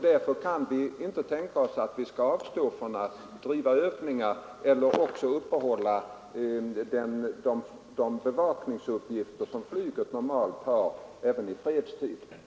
Därför kan vi inte tänka oss att avstå från att bedriva övningar eller upprätthålla de bevakningsuppgifter som flyget normalt har även i fredstid.